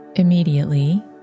immediately